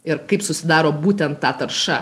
ir kaip susidaro būtent ta tarša